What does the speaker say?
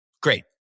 Great